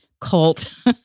cult